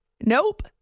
Nope